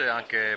anche